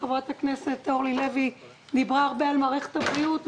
חברת הכנסת אורלי לוי דיברה הרבה על מערכת הבריאות,